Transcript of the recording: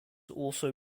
also